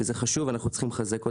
זה חשוב ואנחנו צריכים לחזק אותם.